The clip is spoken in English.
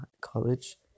college